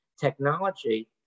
technology